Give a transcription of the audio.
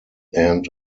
end